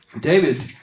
David